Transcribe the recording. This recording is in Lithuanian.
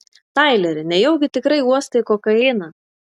taileri nejaugi tikrai uostai kokainą